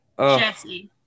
Jesse